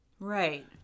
Right